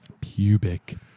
pubic